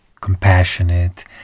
compassionate